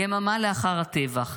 יממה לאחר הטבח,